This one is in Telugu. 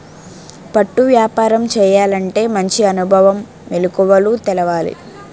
పట్టు వ్యాపారం చేయాలంటే మంచి అనుభవం, మెలకువలు తెలవాలి